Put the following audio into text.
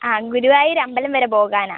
ആ ഗുരുവായൂർ അമ്പലം വരെ പോകാനാണെ